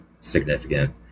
significant